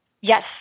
Yes